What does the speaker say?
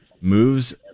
moves